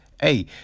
hey